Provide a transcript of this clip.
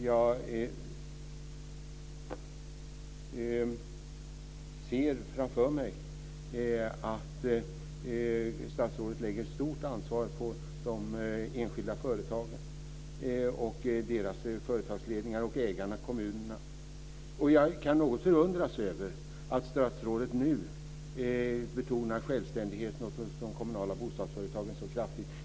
Jag ser framför mig att statsrådet lägger ett stort ansvar på de enskilda företagen, deras företagsledningar och ägarna, kommunerna. Men jag kan något förundras över att statsrådet nu betonar självständigheten hos de kommunala bostadsbolagen så kraftigt.